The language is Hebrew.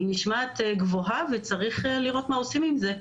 היא נשמעת גבוהה וצריך לראות מה עושים עם זה.